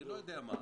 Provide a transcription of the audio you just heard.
אני לא יודע מה,